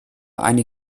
eine